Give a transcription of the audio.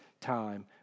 time